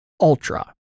Ultra